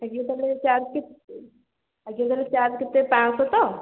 ଆଜ୍ଞା ତାହେଲେ ଚାର୍ଜ୍ କେତେ ଆଜ୍ଞା ତାହେଲେ ଚାର୍ଜ୍ କେତେ ପାଞ୍ଚଶହ ତ